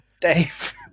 Dave